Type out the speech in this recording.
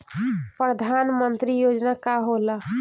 परधान मंतरी योजना का होला?